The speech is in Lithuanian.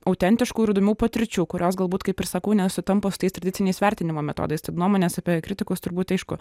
autentiškų ir įdomių patirčių kurios galbūt kaip ir sakau nesutampa su tais tradiciniais vertinimo metodais tai nuomonės apie kritikus turbūt aišku